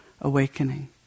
awakening